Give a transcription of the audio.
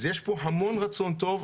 יש פה המון רצון טוב,